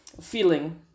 feeling